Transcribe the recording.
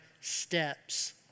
steps